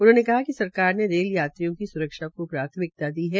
उन्होंने कहा कि सरकार ने रेल यात्रियों की स्रक्षा को प्राथमिकता दी है